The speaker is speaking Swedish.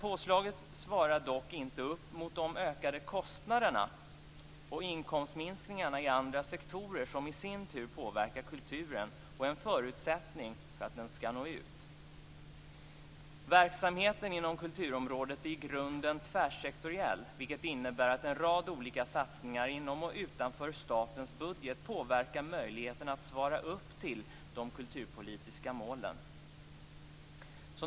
Påslaget svarar dock inte mot de ökade kostnaderna och inkomstminskningarna i andra sektorer, som i sin tur påverkar kulturen och är en förutsättning för att den skall nå ut. Verksamheten inom kulturområdet är i grunden tvärsektoriell, vilket innebär att en rad olika satsningar inom och utanför statens budget påverkar möjligheten att svara upp till de kulturpolitiska målen.